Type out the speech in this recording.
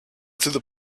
through